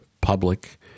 public